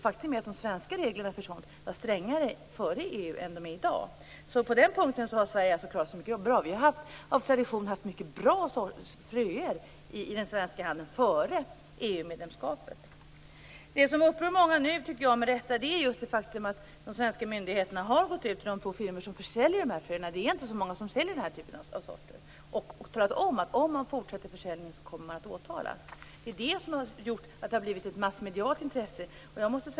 Faktum är att de svenska reglerna för sådant var strängare före EU-inträdet än vad de är i dag. På den punkten har Sverige klarat sig mycket bra. Vi har av tradition haft mycket bra fröer i den svenska handeln före EU Det som nu upprör många, och det med rätta, är just det faktum att svenska myndigheter har gått ut till de två firmor som försäljer dessa fröer - det är inte så många som säljer den här typen av sorter - och talat om att om de fortsätter försäljningen kommer de att åtalas. Det är det som har gjort att det har blivit ett massmedialt intresse.